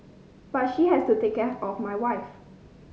but she has to take care of my wife